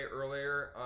earlier